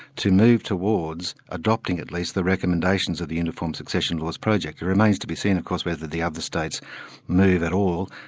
to move towards adopting at least the recommendations of the uniform succession laws project. it remains to be seen of course whether the other states move at all,